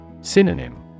Synonym